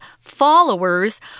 followers